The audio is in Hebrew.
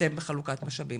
אתם בחלוקת משאבים.